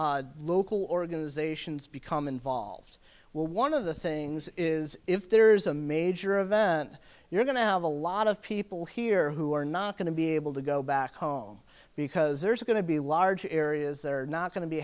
can local organizations become involved well one of the things is if there's a major event you're going to have a lot of people here who are not going to be able to go back home because there's going to be large areas that are not going to be